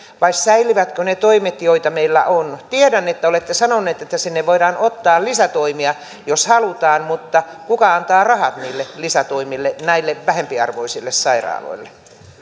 vai säilyvätkö ne toimet joita meillä on tiedän että olette sanonut että sinne voidaan ottaa lisätoimia jos halutaan mutta kuka antaa rahat niille lisätoimille näille vähempiarvoisille sairaaloille